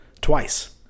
twice